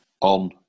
on